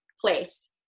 place